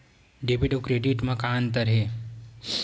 Debit अउ credit म का अंतर हे?